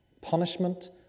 punishment